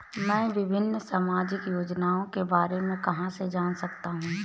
मैं विभिन्न सामाजिक योजनाओं के बारे में कहां से जान सकता हूं?